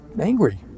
angry